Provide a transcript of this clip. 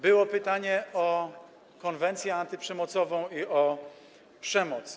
Było pytanie o konwencję antyprzemocową i przemoc.